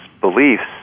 beliefs